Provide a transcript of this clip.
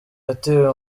yatewe